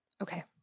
Okay